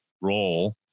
role